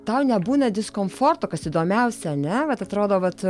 tau nebūna diskomforto kas įdomiausia ane vat atrodo vat